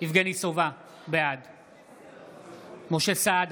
יבגני סובה, בעד משה סעדה,